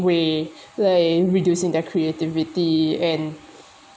way lay reducing their creativity and